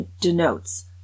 denotes